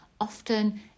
often